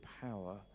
power